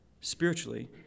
spiritually